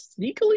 sneakily